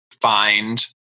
find